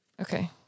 Okay